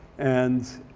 and